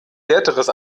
härteres